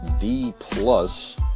D-plus